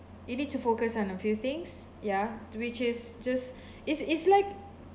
you need to focus on a few things ya which is just is is like